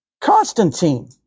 Constantine